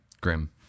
Grim